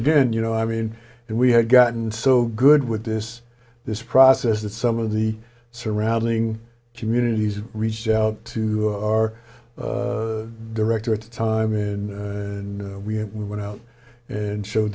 again you know i mean we had gotten so good with this this process that some of the surrounding communities reached out to our director at the time in and we went out and showed